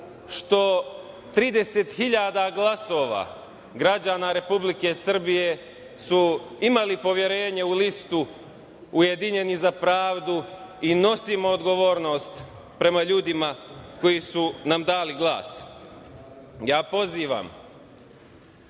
što 30.000 glasova građana Republike Srbije su imali poverenje u listu Ujedinjeni za pravdu i nosimo odgovornost prema ljudima koji su nam dali glas. Ja pozivam